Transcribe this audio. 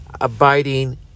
abiding